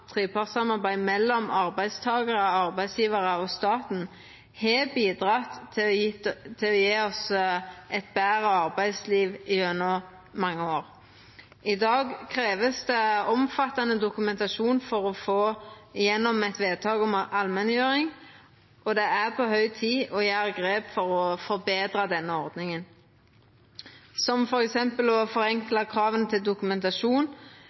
trepartssamarbeid mellom arbeidstakarar, arbeidsgjevarar og staten har bidrege til å gje oss eit betre arbeidsliv gjennom mange år. I dag krevst det omfattande dokumentasjon for å få igjennom eit vedtak om allmenngjering, og det er på høg tid å ta grep for å forbetra denne ordninga, som f.eks. å forenkla krava til dokumentasjon,